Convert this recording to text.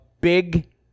big